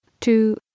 two